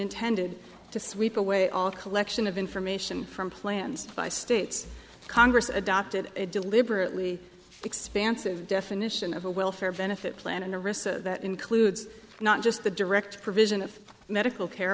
intended to sweep away all collection of information from plans by states congress adopted it deliberately expansive definition of a welfare benefit plan and a recess that includes not just the direct provision of medical care